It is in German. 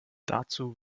dazu